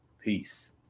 Peace